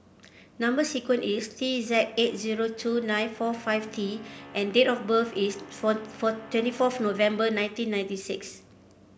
number sequence is T Z eight zero two nine four five T and date of birth is four four twenty fourth November nineteen ninety six